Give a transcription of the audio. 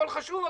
הכול חשוב,